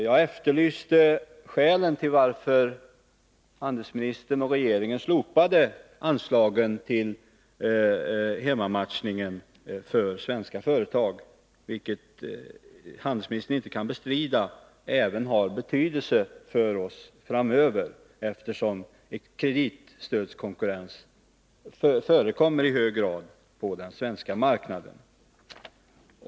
Jag efterlyste skälen till att handelsministern och regeringen slopade anslagen till hemmamatchningen för svenska företag, vilket handelsministern inte kan bestrida även har betydelse för oss framöver, eftersom kreditstödskonkurrens förekommer i hög grad på den svenska marknaden.